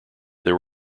there